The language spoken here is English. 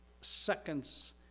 seconds